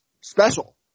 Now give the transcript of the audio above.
special